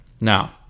Now